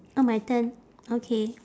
oh my turn okay